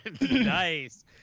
Nice